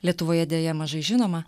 lietuvoje deja mažai žinoma